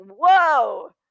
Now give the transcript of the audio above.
whoa